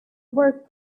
work